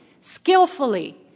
skillfully